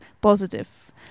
positive